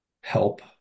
help